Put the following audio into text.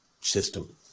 system